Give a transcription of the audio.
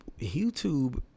YouTube